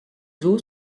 zoo